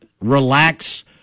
relax